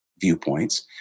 viewpoints